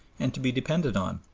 and to be depended on,